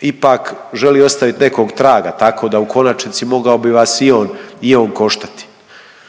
ipak želi ostavit nekog traga, tako da u konačnici mogao bi vas i on i on koštati.